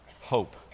HOPE